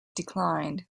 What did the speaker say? declined